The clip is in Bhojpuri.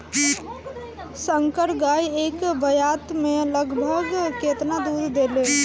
संकर गाय एक ब्यात में लगभग केतना दूध देले?